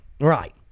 Right